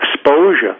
exposure